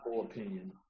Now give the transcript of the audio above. opinion